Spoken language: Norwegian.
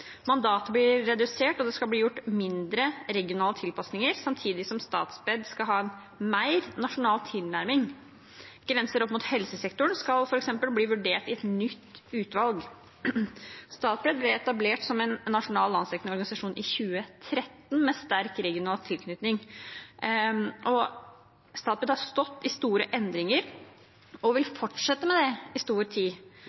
Mandatet blir redusert, og det skal bli gjort mindre regionale tilpassinger samtidig som Statped skal ha en mer nasjonal tilnærming. Grenser opp mot helsesektoren, f.eks., skal bli vurdert i et nytt utvalg. Statped ble etablert som en nasjonal og landsdekkende organisasjon i 2013, med sterk regional tilknytning. De har stått i store endringer og